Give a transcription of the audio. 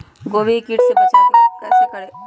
गोभी के किट से गोभी का कैसे बचाव करें?